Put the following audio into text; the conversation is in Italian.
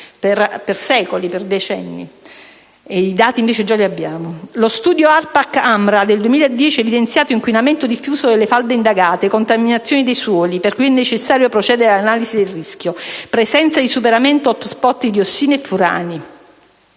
registro tumori mentre i dati già li abbiamo. Lo studio ARPAC-AMRA 2010 ha evidenziato: inquinamento diffuso delle falde indagate; contaminazione dei suoli, per cui è necessario procedere all'analisi del rischio; presenza di superamenti *hot spot* di diossine e furani